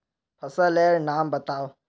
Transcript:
फसल लेर नाम बाताउ?